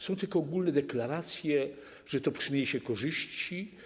Są tylko ogólne deklaracje, że to przyniesie korzyści.